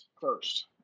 first